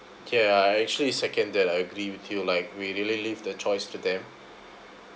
okay I actually second that I agree with you like we really leave the choice to them